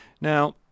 Now